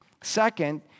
Second